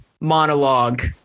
monologue